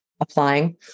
applying